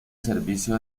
servicio